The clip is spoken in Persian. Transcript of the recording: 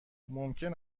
ممکن